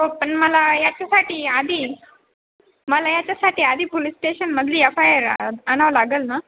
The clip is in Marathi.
हो पण मला याच्यासाठी आधी मला याच्यासाठी आधी पुलिस स्टेशनमधली एफ आय आर आणावं लागेल ना